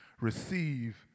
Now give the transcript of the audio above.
receive